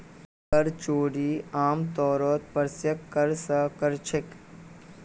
कर चोरी आमतौरत प्रत्यक्ष कर स कर छेक